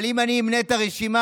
אבל אם אני אמנה את הרשימה